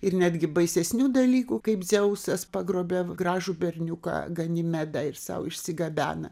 ir netgi baisesnių dalykų kaip dzeusas pagrobia gražų berniuką ganimedą ir sau išsigabena